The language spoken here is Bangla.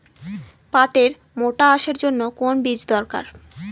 পাটের মোটা আঁশের জন্য কোন বীজ দরকার?